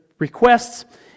requests